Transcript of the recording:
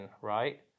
right